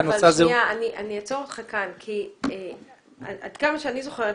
אני אעצור אותך כאן כי עד כמה שאני זוכרת,